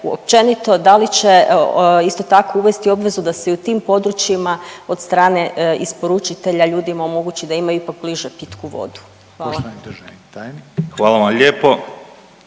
da li će isto tako uvesti obvezu da se i u tim područjima od strane isporučitelja ljudima omogući da imaju ipak bliže pitku vodu? Hvala. **Reiner,